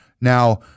Now